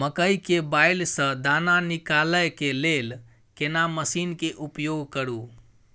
मकई के बाईल स दाना निकालय के लेल केना मसीन के उपयोग करू?